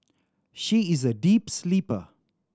she is a deep sleeper